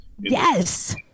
Yes